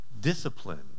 Discipline